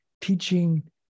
teaching